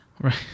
right